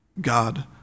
God